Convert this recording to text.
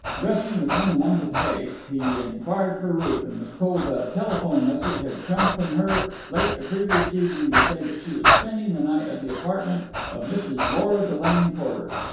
dressing with unwonted haste, he inquired for ruth, and was told that a telephone message had come from her late the previous evening to say that she was spending the night at the apartment of mrs. lora delane porter.